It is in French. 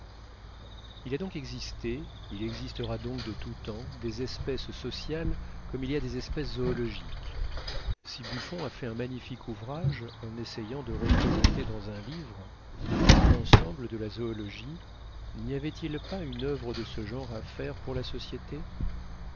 il a donc existé il existera donc de tout temps des espèces sociales comme il y a des espèces zoologiques si buffon a fait un magnifique ouvrage en essayant de représenter dans un livre l'ensemble de la zoologie n'y avait-il pas une oeuvre de ce genre à faire pour la société